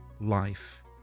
life